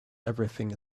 everything